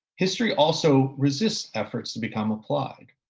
history also resists efforts to become applied.